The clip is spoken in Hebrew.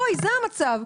זה המצב.